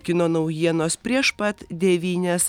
kino naujienos prieš pat devynias